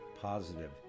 Positive